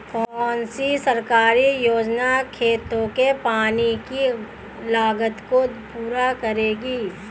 कौन सी सरकारी योजना खेतों के पानी की लागत को पूरा करेगी?